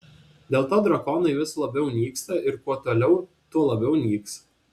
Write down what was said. dėl to drakonai vis labiau nyksta ir kuo toliau tuo labiau nyks